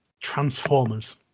Transformers